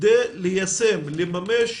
כדי ליישם, לממש